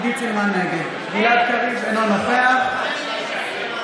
(קוראת בשמות חברי